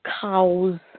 cows